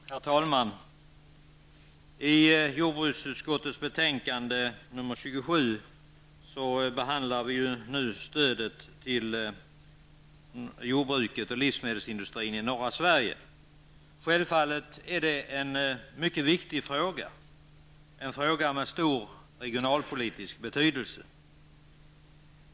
Herr talman! I jordbruksutskottets betänkande 27 behandlas frågan om stödet till jordbruket och livsmedelsindustrin i norra Sverige. Självfallet är det en mycket viktig fråga med stor regionalpolitisk betydelse.